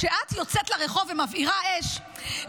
כשאת יוצאת לרחוב ומבעירה אש,